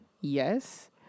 Yes